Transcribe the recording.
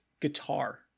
guitar